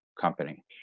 company